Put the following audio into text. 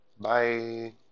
Bye